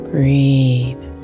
Breathe